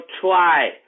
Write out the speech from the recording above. try